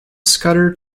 scudder